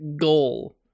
goal